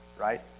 right